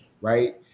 Right